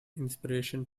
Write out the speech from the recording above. inspiration